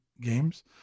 games